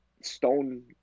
stone